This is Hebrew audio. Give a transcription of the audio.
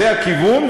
זה הכיוון,